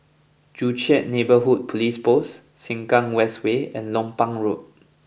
Joo Chiat Neighbourhood Police Post Sengkang West Way and Lompang Road